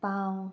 पाव